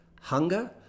hunger